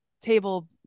table